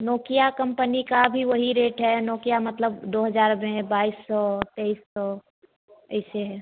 Nokia company का भी वही रेट है नोकिया मतलब दो हज़ार में है बाइस सौ तेइस सौ ऐसे है